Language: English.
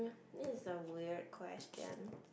this is a weird question